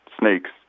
snakes